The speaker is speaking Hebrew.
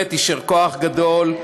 יישר כוח גדול.